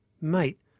mate